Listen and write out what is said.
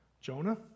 Jonah